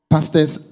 Pastors